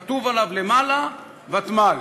כתוב עליו למעלה: ותמ"ל.